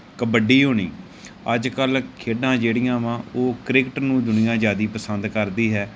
ਕਬੱਡੀ ਹੋਣੀ ਅੱਜ ਕੱਲ੍ਹ ਖੇਡਾਂ ਜਿਹੜੀਆਂ ਵਾ ਉਹ ਕ੍ਰਿਕਟ ਨੂੰ ਦੁਨੀਆ ਜ਼ਿਆਦਾ ਪਸੰਦ ਕਰਦੀ ਹੈ